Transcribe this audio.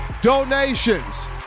Donations